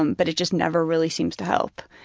um but it just never really seems to help.